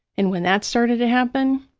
and when that started to happen,